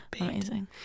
Amazing